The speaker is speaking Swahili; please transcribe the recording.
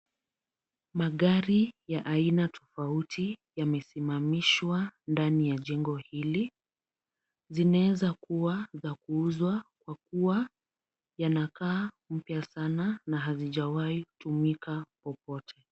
Magari ya aina tofauti yamesimamishwa ndani ya jengo hili, zinawezakuwa za kuuzwa kwa kuwa yanakaa mpya sana na hazijawahi tumika popote.